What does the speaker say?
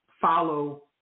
follow